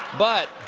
but